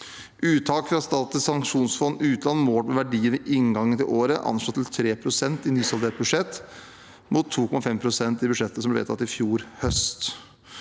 Uttak fra Statens pensjonsfond utland målt i verdien ved inngangen til året er anslått til 3 pst. i nysaldert budsjett, mot 2,5 pst. i budsjettet som ble vedtatt i fjor høst.